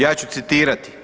Ja ću citirati.